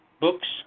Books